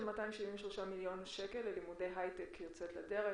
273 מיליון שקל ללימודי היי-טק יוצאת לדרך,